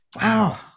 Wow